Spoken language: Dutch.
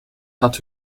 had